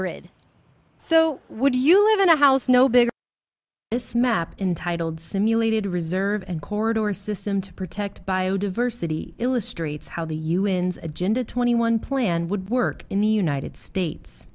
grid so would you live in a house no big this map intitled simulated reserve and corridor a system to protect biodiversity illustrates how the un's agenda twenty one plan would work in the united states